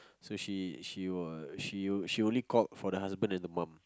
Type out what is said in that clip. so she she was she she only called for the husband and the mom